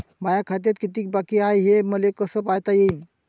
माया खात्यात कितीक बाकी हाय, हे मले कस पायता येईन?